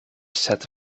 set